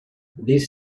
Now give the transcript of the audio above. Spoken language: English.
these